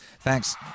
thanks